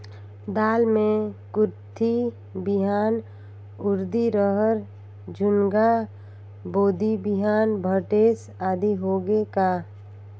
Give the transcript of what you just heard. दाल मे कुरथी बिहान, उरीद, रहर, झुनगा, बोदी बिहान भटेस आदि होगे का?